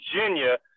virginia